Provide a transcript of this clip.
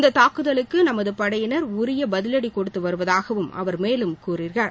இந்த தாக்குதலுக்கு நமது படையினர் உரிய பதிலடி கொடுத்து வருவதாகவும் அவர் மேலும் கூறுகிறார்